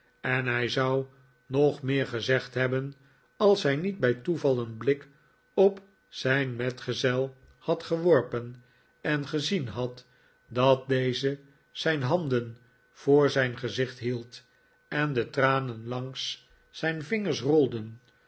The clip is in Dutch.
en hij zou nog meer gezegd hebben als hij niet bij toeval een blik op zijn metgezel had geworpen en gezien had dat deze zijn handen voor zijn gezicht hield eh de tranen langs zijn vingers rolden